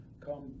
Come